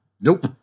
Nope